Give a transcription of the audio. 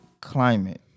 climate